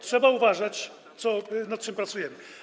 Trzeba uważać, nad czym pracujemy.